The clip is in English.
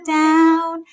down